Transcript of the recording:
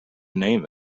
name